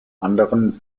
anderen